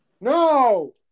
No